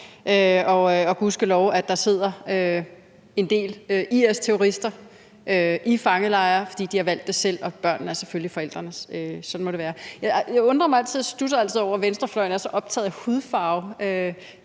Og gudskelov at der sidder en del IS-terrorister i fangelejre, for de selv har valgt det, og børnene er selvfølgelig forældrenes egne – sådan må det være. Jeg studser altid over, at venstrefløjen er så optaget af hudfarve.